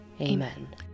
Amen